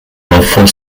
for